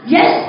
Yes